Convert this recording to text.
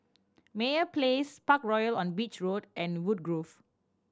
Meyer Place Parkroyal on Beach Road and Woodgrove